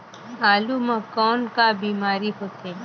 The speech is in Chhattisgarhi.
आलू म कौन का बीमारी होथे?